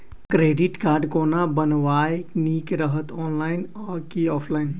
Credit card कोना बनेनाय नीक रहत? ऑनलाइन आ की ऑफलाइन?